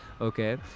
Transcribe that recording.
Okay